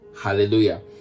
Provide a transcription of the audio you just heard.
Hallelujah